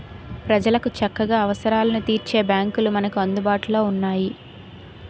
ప్రజలకు చక్కగా అవసరాలను తీర్చే బాంకులు మనకు అందుబాటులో ఉన్నాయి